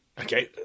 Okay